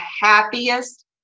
happiest